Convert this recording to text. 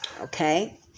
Okay